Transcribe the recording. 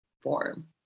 form